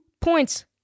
points